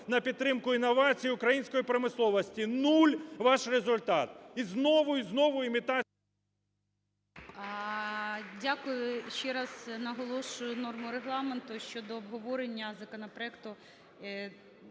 на підтримку інновацій української промисловості. Нуль – ваш результат. І знову, і знову імітація… ГОЛОВУЮЧИЙ. Дякую. Ще раз наголошую норму Регламенту щодо обговорення законопроекту,